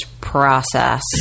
process